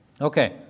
Okay